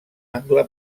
angle